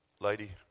lady